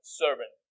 servant